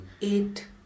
eight